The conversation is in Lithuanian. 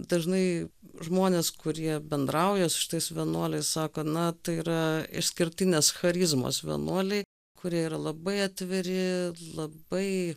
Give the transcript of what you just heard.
dažnai žmonės kurie bendrauja su šitais vienuoliais sako na tai yra išskirtinės charizmos vienuoliai kurie yra labai atviri labai